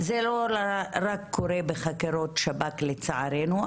זה לא רק קורה בחקירות שב"כ לצערנו.